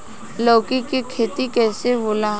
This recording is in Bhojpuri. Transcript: लौकी के खेती कइसे होला?